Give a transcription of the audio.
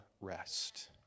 rest